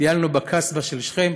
וטיילנו בקסבה של שכם.